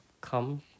come